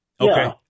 Okay